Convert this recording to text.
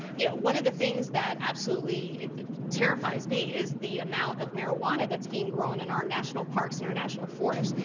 yeah one of the things that absolutely terrifies me is the amount of marijuana that's being grown in our national parks and our national forests.